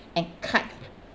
and cut